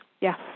Yes